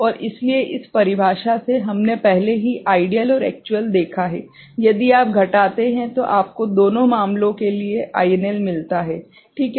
और इसलिए इस परिभाषा से हमने पहले ही आइडियल और एक्चुअल देखा है यदि आप घटाते हैं तो आपको दोनों मामलों के लिए INL मिलता है ठीक है